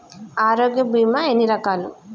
ఆరోగ్య బీమా ఎన్ని రకాలు?